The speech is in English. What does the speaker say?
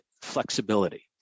flexibility